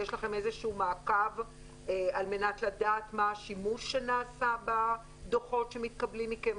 יש לכם איזה מעקב על מנת לדעת מה השימוש שנעשה בדוחות שמתקבלים מכם?